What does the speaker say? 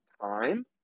time